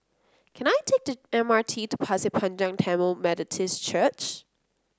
can I take the M R T to Pasir Panjang Tamil Methodist Church